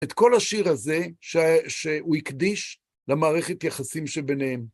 את כל השיר הזה שהוא הקדיש למערכת יחסים שביניהם.